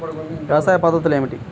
వ్యవసాయ పద్ధతులు ఏమిటి?